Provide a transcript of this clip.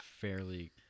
fairly